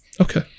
okay